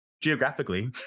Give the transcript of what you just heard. geographically